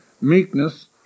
meekness